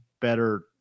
better